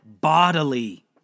bodily